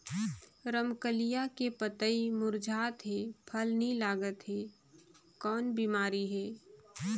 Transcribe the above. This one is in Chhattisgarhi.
रमकलिया के पतई मुरझात हे फल नी लागत हे कौन बिमारी हे?